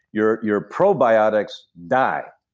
your your probiotics die.